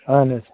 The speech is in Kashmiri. اَہَن حظ